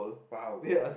!wow!